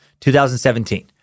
2017